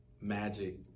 Magic